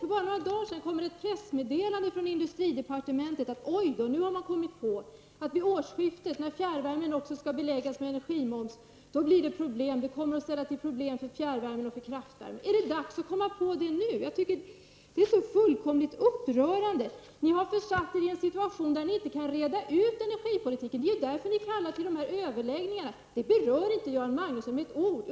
För bara några dagar sedan kom ett pressmeddelande från industridepartementet: Oj då, nu har vi kommit på att vid årsskiftet -- när fjärrvärmen också skall beläggas med energimoms -- kommer det att bli problem för fjärrvärmen och för kraftvärmen. Är det dags att komma på det nu? Det är fullkomligt upprörande. Ni har försatt er i en situation där ni inte kan reda ut energipolitiken. Det är ju därför som ni kallar till dessa överläggningar. Detta berör inte Göran Magnusson med ett ord!